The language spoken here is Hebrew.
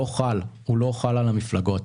לא חל על המפלגות.